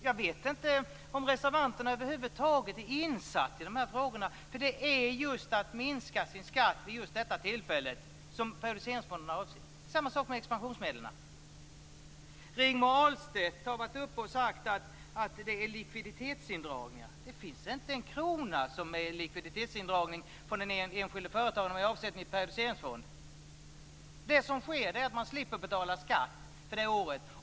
Jag vet inte om reservanten över huvud taget är insatt i de här frågorna. Det är just att minska sin skatt vid just detta tillfälle som periodiseringsfonden är avsedd för. Det är samma sak med expansionsmedlen. Rigmor Ahlstedt har sagt att det är likviditetsindragningar. Det finns inte en krona som är likviditetsindragning från den enskilde företagaren vad gäller avsättning i periodiseringsfond. Det som sker är att man slipper betala skatt för det året.